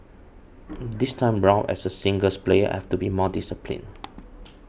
this time round as a singles player I have to be more disciplined